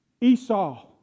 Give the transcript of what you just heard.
Esau